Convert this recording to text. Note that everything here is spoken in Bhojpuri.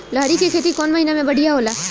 लहरी के खेती कौन महीना में बढ़िया होला?